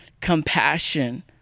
compassion